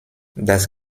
das